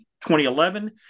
2011